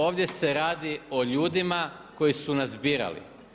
Ovdje se radi o ljudima koji su nas birali.